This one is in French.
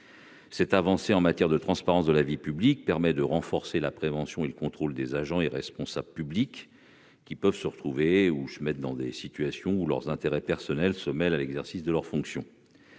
Cette avancée en matière de transparence de la vie publique permet de renforcer la prévention de ces conflits et le contrôle exercé sur les agents et responsables publics, qui peuvent se retrouver dans des situations où leurs intérêts personnels se mêlent à l'exercice de leurs fonctions.